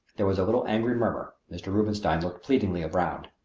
there was a little angry murmur. mr. rubenstein looked pleadingly round.